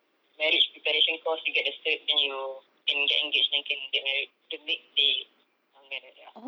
marriage preparation course you get the cert then you can get engaged then can get married the next day or something like that ya